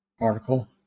article